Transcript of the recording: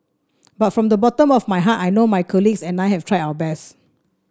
but from the bottom of my heart I know my colleagues and I have tried our best